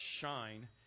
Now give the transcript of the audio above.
shine